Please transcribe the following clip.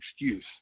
excuse